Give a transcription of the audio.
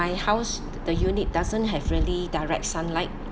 my house the unit doesn't have really direct sunlight